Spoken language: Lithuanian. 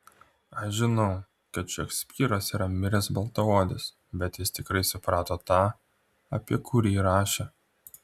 aš žinau kad šekspyras yra miręs baltaodis bet jis tikrai suprato tą apie kurį rašė